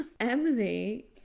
Emily